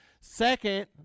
Second